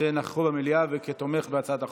תומך בהצעת החוק.